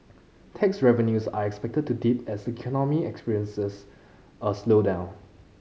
tax revenues are expected to dip as economy experiences a slowdown